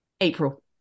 April